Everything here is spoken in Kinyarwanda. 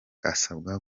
asabwa